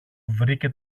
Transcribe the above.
βρήκε